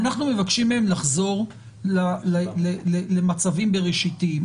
אנחנו מבקשים מהם לחזור למצבים בראשיתיים,